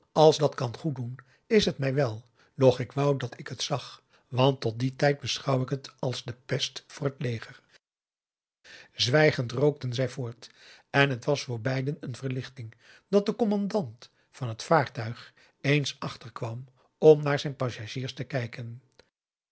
als dat kan goed doen is het mij wel doch ik wou dat ik het zag want tot dien tijd beschouw ik het als de pest voor het leger zwijgend rookten zij voort en het was voor beiden een verlichting dat de commandant van het vaartuig eens achter kwam om naar zijn passagiers te kijken